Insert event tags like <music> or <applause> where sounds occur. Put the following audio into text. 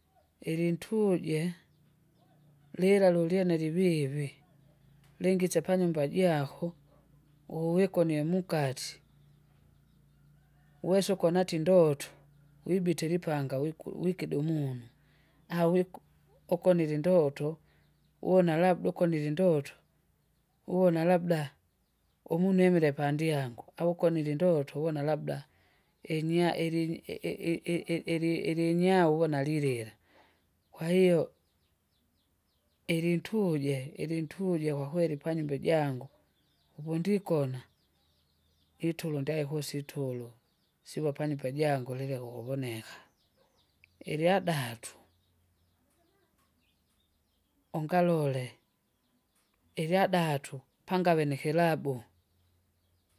<noise> ilintuje, <noise> lila lulyene livivi <noise> lingisya panyumba jako, <noise> ukuvika unyemukatsi, <noise> uwese ukonati indoto <noise> wibitile ipanga wiku- wikidu umunu <noise> au wiku ukonile ukonile indoto <noise> uona labda ukonile indoto <noise> uwona labda <noise> umunu imile pandyangu au ukonile indoto uona labda <noise> inya- ilinyi- i- i- i- i- ili- ilinyau ughona lilile. <noise> kwahiyo <noise> ilintuje ilintuje kwakweli panyumba ijangu <noise> uvundikona <noise> itulo ndyaikusi itulo <noise> sivapani pajangulile ukuvoneka, <noise> ilyadatu, <noise> ungalole, <noise> ilyadatu pangave nikilabu,